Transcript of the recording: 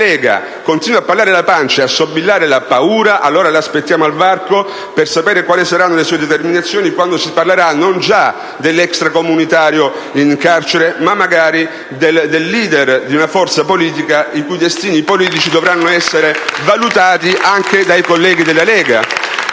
continua a parlare alla pancia e a sobillare la paura, allora l'aspettiamo al varco, per sapere quali saranno le sue determinazioni quando si parlerà, non già dell'extracomunitario in carcere, ma magari del *leader* di una forza politica i cui destini politici dovranno essere valutati anche dai colleghi della Lega!